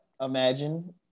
imagine